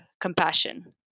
compassion